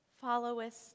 followest